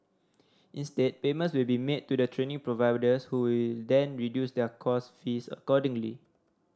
instead payments will be made to the training providers who will then reduce their course fees accordingly